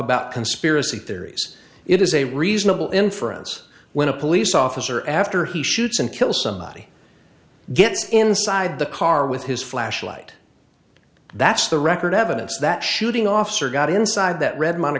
about conspiracy theories it is a reasonable inference when a police officer after he shoots and kills somebody gets inside the car with his flashlight that's the record evidence that shooting officer got inside that red m